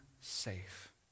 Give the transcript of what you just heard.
safe